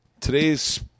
Today's